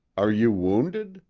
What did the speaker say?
are you wounded?